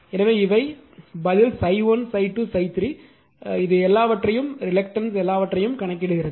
எனவே இவை பதில் ∅1 ∅2 ∅3 இது எல்லாவற்றையும் ரிலக்டன்ஸ் எல்லாவற்றையும் கணக்கிடுகிறது